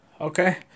Okay